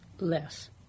Less